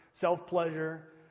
self-pleasure